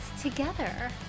together